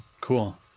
Cool